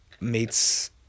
meets